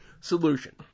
solution